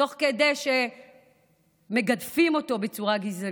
תוך כדי שמגדפים אותו בצורה גזענית,